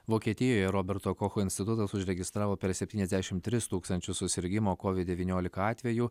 vokietijoje roberto kocho institutas užregistravo per septyniasdešimt tris tūkstančius susirgimo covid dvyniolika atvejų